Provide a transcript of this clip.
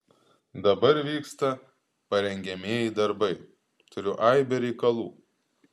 dabar vyksta parengiamieji darbai turiu aibę reikalų